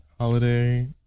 holiday